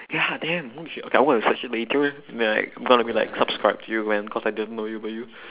ya damn !oh! shit okay I'm going to search for your youtube and be like going to be like subscribe to you man cause I didn't know you about you